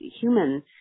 human